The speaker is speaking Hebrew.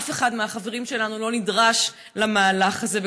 אף אחד מהחברים שלנו לא נדרש למהלך הזה,